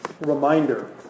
reminder